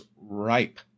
ripe